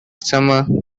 summer